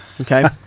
okay